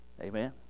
Amen